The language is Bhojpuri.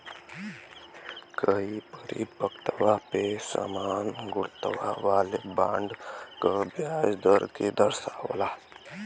कई परिपक्वता पे समान गुणवत्ता वाले बॉन्ड क ब्याज दर के दर्शावला